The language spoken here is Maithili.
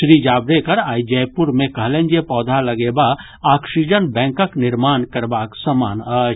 श्री जावड़ेकर आइ जयपुर मे कहलनि जे पौधा लगेबा ऑक्सीजन बैंकक निर्माण करबाक समान अछि